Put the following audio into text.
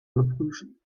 überprüfen